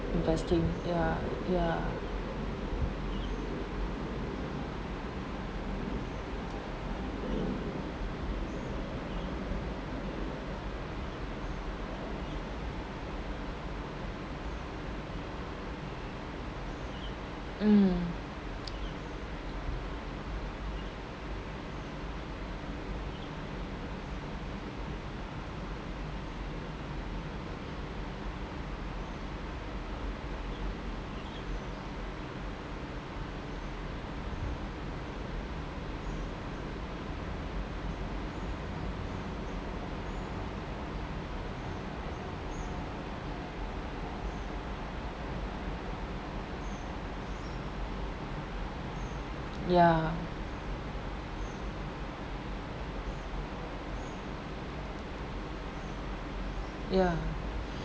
investing ya ya mm yeah ya